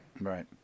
Right